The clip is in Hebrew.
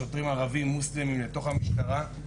שוטרים ערבים מוסלמים לתוך המשטרה.